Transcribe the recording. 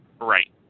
Right